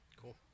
Cool